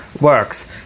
works